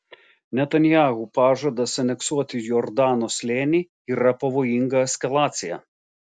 netanyahu pažadas aneksuoti jordano slėnį yra pavojinga eskalacija